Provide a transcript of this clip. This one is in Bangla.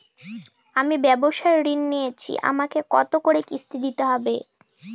আমি ব্যবসার ঋণ নিয়েছি আমাকে কত করে কিস্তি দিতে হবে?